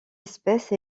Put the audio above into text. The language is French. espèce